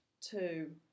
Two